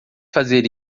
fazer